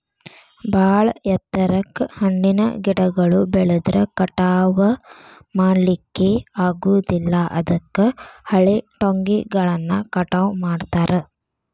ಬಾಳ ಎತ್ತರಕ್ಕ್ ಹಣ್ಣಿನ ಗಿಡಗಳು ಬೆಳದ್ರ ಕಟಾವಾ ಮಾಡ್ಲಿಕ್ಕೆ ಆಗೋದಿಲ್ಲ ಅದಕ್ಕ ಹಳೆಟೊಂಗಿಗಳನ್ನ ಕಟಾವ್ ಮಾಡ್ತಾರ